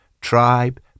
tribe